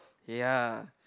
ya